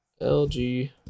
LG